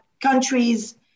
countries